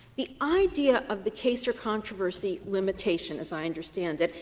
the idea of the case or controversy limitation, as i understand it,